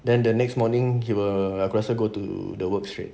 then the next morning he will aku rasa go to the work straight